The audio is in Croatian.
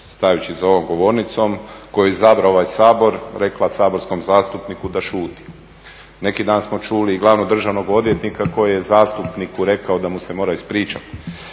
stajući za ovom govornicom koju je izabrao ovaj Sabor rekla saborskom zastupniku da šuti. Neki dan smo čuli i glavnog državnog odvjetnika koji je zastupniku rekao da mu se mora ispričati.